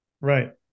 right